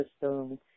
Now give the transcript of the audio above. system